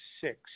six